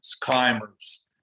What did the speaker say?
climbers